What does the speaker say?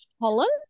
Holland